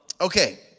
Okay